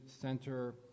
Center